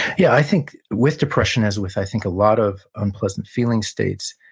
yeah. i think with depression, as with, i think, a lot of unpleasant feeling states,